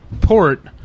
port